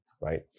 right